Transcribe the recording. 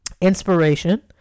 Inspiration